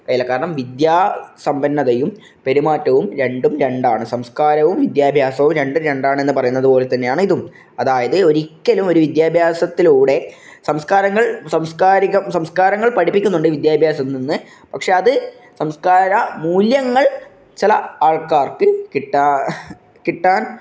കഴിയില്ല കാരണം വിദ്യാസമ്പന്നതയും പെരുമാറ്റവും രണ്ടും രണ്ടാണ് സംസ്കാരവും വിദ്യാഭ്യാസവും രണ്ടും രണ്ടാണെന്ന് പറയുന്നത് പോലെ തന്നെയാണ് ഇതും അതായത് ഒരിക്കലും ഒരു വിദ്യഭ്യാസത്തിലൂടെ സംസ്കാരങ്ങള് സാംസ്കാരിക സംസ്കാരങ്ങള് പഠിപ്പിക്കുന്നുണ്ട് വിദ്യാഭ്യാസത്തില്നിന്ന് പക്ഷെ അത് സംസ്കാര മൂല്യങ്ങള് ചില ആള്ക്കാര്ക്ക് കിട്ട കിട്ടാന്